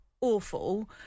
awful